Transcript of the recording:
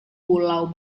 pulau